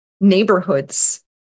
neighborhoods